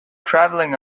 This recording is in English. traveling